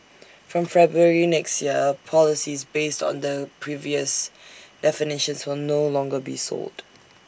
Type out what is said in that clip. from February next year policies based on the previous definitions will no longer be sold